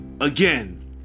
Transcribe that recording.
again